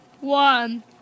One